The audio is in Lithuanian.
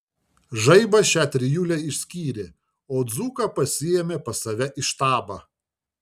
žaibas šią trijulę išskyrė o dzūką pasiėmė pas save į štabą